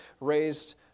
raised